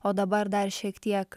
o dabar dar šiek tiek